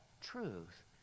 truth